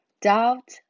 doubt